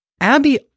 Abby